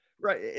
right